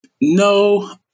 no